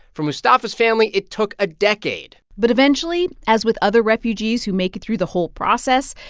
for mustafa's family, it took a decade but eventually, as with other refugees who make it through the whole process,